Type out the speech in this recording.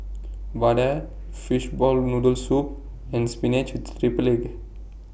Vadai Fishball Noodle Soup and Spinach with Triple Egg